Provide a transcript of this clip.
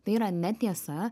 tai yra netiesa